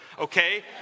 okay